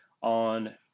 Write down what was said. on